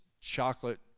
chocolate